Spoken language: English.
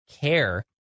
care